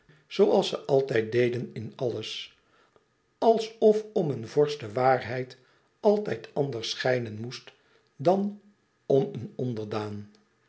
zooals ze altijd deden in alles alsof om een vorst de waarheid altijd anders schijnen moest dan om een onderdaan